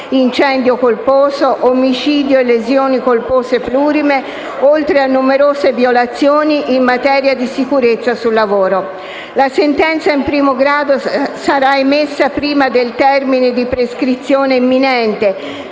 incendio colposo, omicidio e lesioni colpose plurime, oltre a numerose violazioni in materia di sicurezza sul lavoro. La sentenza di primo grado sarà emessa prima del termine di prescrizione imminente